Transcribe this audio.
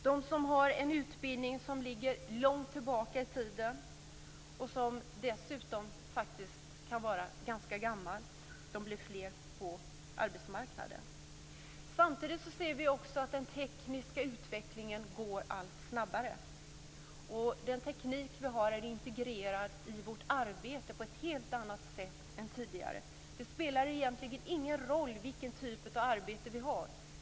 De som har en utbildning som ligger långt tillbaka i tiden och som själva är ganska gamla blir fler på arbetsmarknaden. Samtidigt ser vi att den tekniska utvecklingen går allt snabbare. Den teknik vi har är integrerad i vårt arbete på ett helt annat sätt än tidigare. Det spelar egentligen ingen roll vilken typ av arbete vi har.